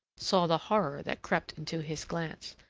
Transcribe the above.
saw the horror that crept into his glance.